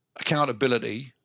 accountability